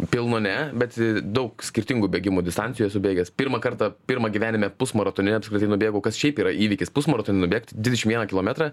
pilno ne bet daug skirtingų bėgimo distancijų esu bėgęs pirmą kartą pirmą gyvenime pusmaratonį apskritai nubėgau kas šiaip yra įvykis pusmaratonį nubėgt dvidešim vieną kilometrą